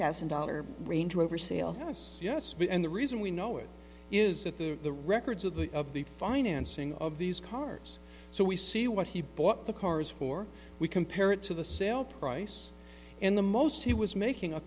thousand dollar range rover sale house yes and the reason we know it is that the the records of the of the financing of these cars so we see what he bought the cars for we compare it to the sale price and the most he was making a